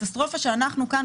קטסטרופה שאנחנו כאן,